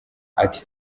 ati